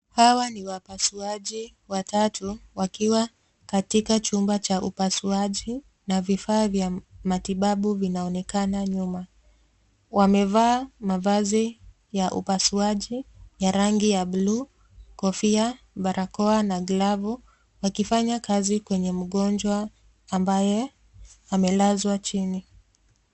Hawa ni wapasuaji watatu wakiwa katika chumba cha upasuaji na vifaa vya matibabu vinaonekana nyuma. Wamevaa mavazi ya upasuaji ya rangi ya bluu, kofia, barakoa na nglovu wakifanya kazi kwenye mgonjwa ambaye amelazwa chini.